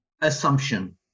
assumption